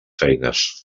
feines